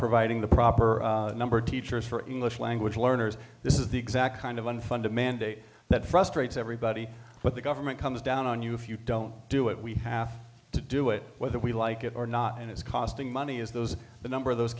providing the proper number teachers for english language learners this is the exact kind of unfunded mandate that frustrates everybody but the government comes down on you if you don't do it we have to do it whether we like it or not and it's costing money as those the number of those